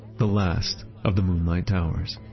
the last of the moonlight towers